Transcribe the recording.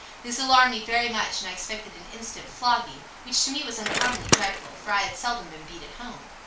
this alarmed me very much, and i expected an instant flogging, which to me was uncommonly dreadful for i had seldom been beaten at home.